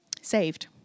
saved